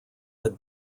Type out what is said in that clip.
had